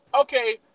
okay